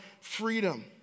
freedom